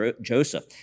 Joseph